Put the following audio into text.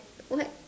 what